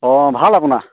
অঁ ভাল আপোনাৰ